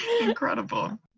incredible